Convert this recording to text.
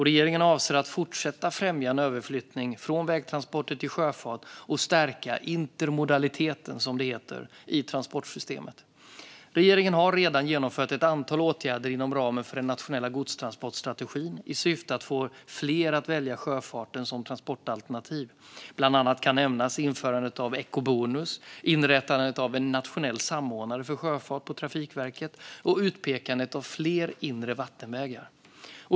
Regeringen avser att fortsätta att främja överflyttning från vägtransporter till sjöfart och stärka intermodaliteten, som det heter, i transportsystemet. Regeringen har redan genomfört ett antal åtgärder inom ramen för den nationella godstransportstrategin i syfte att få fler att välja sjöfarten som transportalternativ. Bland annat kan nämnas införandet av ekobonus, inrättandet av en nationell samordnare för sjöfart på Trafikverket och utpekandet av fler inre vattenvägar.